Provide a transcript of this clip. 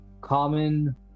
Common